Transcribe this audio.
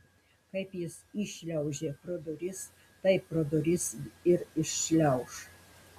kaip jis įšliaužė pro duris taip pro duris ir iššliauš